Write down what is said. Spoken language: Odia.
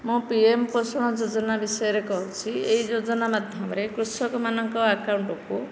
ମୁଁ ପିଏମ୍ ପୋଷଣ ଯୋଜନା ବିଷୟରେ କହୁଛି ଏହି ଯୋଜନା ମାଧ୍ୟମରେ କୃଷକ ମାନଙ୍କ ଆକାଉଣ୍ଟକୁ